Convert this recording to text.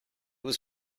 was